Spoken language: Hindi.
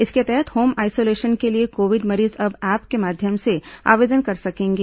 इसके तहत होम आइसोलेशन के लिए कोविड मरीज अब ऐप के माध्यम से आवेदन कर सकेंगे